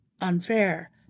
unfair